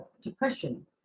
depression